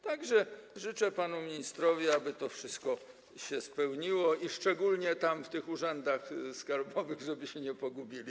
Tak że życzę panu ministrowi, aby to wszystko się spełniło, szczególnie w tych urzędach skarbowych, żeby się nie pogubili.